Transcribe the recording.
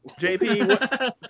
JP